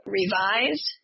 revise